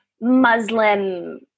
Muslim